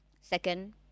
Second